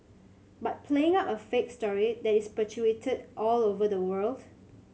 but playing up a fake story that is perpetuated all over the world